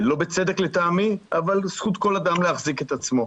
לא בצדק, לטעמי, אבל זכות כל אדם להחזיק את דעתו.